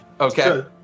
Okay